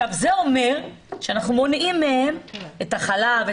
זה אומר שאנחנו מונעים מהם את החלב,